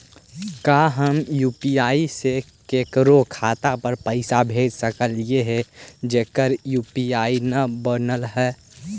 का हम यु.पी.आई से केकरो खाता पर पैसा भेज सकली हे जेकर यु.पी.आई न बनल है?